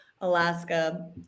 alaska